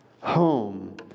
home